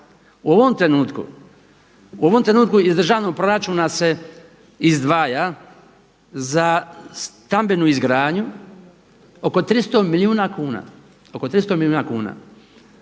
U ovom trenutku iz državnog proračuna se izdvaja za stambenu izgradnju oko 300 milijuna kuna.